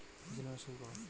কৃষি লোনের সুদ কত?